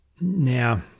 Now